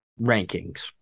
rankings